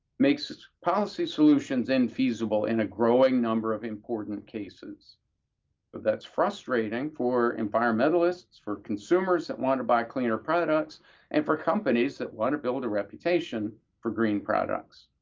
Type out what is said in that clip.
makes policy solutions infeasible in a growing number of important cases, but that's frustrating for environmentalists, for consumers that want to buy cleaner products and for companies that want to build a reputation for green products.